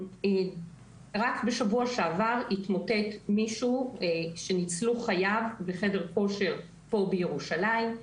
רק בשבוע שעבר התמוטט מישהו שניצלו חייו בחדר כושר פה בירושלים.